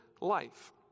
life